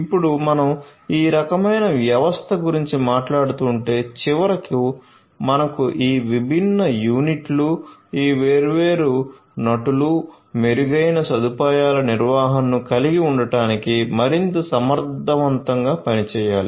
ఇప్పుడు మనం ఈ రకమైన వ్యవస్థ గురించి మాట్లాడుతుంటే చివరికి మనకు ఈ విభిన్న యూనిట్లు ఈ వేర్వేరు నటులు మెరుగైన సదుపాయాల నిర్వహణను కలిగి ఉండటానికి మరింత సమర్థవంతంగా పని చేయాలి